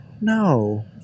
no